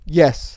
yes